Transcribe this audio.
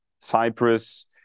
Cyprus